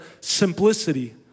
simplicity